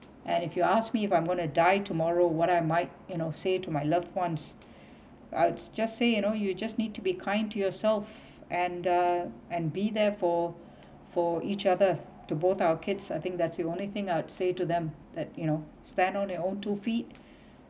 and if you ask me if I'm gonna die tomorrow what I might you know say to my loved ones I'd just say you know you just need to be kind to yourself and the and be there for for each other to both our kids I think that's the only thing I would say to them that you know stand on your own two feet